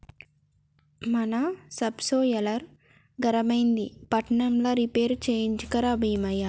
మన సబ్సోయిలర్ ఖరాబైంది పట్నంల రిపేర్ చేయించుక రా బీమయ్య